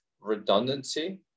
redundancy